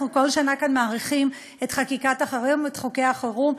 אנחנו כל שנה כאן מאריכים את חקיקת החירום ואת חוקי החירום.